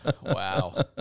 Wow